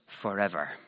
forever